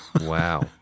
Wow